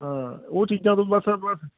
ਹਾਂ ਉਹ ਚੀਜ਼ਾਂ ਤੋਂ ਬਸ